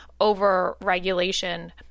over-regulation